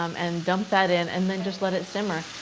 um, and dump that in, and then just let it simmer